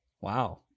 Wow